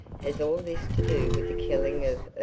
has all this to do with the killing of